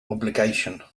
obligation